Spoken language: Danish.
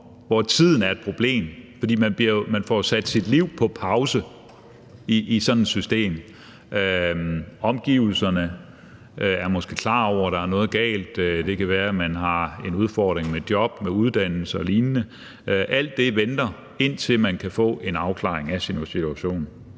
men tiden er et problem, fordi man jo får sat sit liv på pause i sådan et system. Omgivelserne er måske klar over, at der er noget galt. Det kan være, at man har en udfordring med job og uddannelse og lignende – alt det venter, indtil man kan få en afklaring af sin situation.